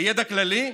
לידע כללי,